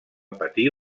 patir